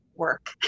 work